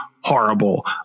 horrible